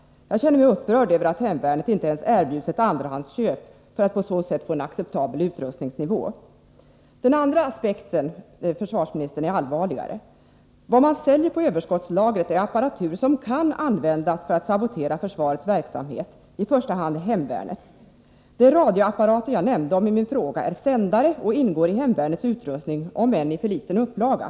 Jag känner mig upprörd över att hemvärnet inte ens erbjuds ett andrahandsköp för att på så sätt få en Nr 76 acceptabel utrustningsnivå. -; Tisdagen den Den andra aspekten, försvarsministern, är allvarligare. 7 februari 1984 Vad man säljer på överskottslagret är apparatur som kan användas för att sabotera försvarets verksamhet — i första hand hemvärnets. De Om invandrarungradioapparater jag nämnde i min fråga är sändare och ingår i hemvärnets — domarnas situation utrustning; om än i för liten upplaga.